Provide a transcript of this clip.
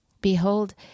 Behold